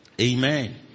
amen